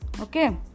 Okay